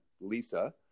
Lisa